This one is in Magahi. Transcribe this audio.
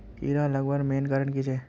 कीड़ा लगवार मेन कारण की छे?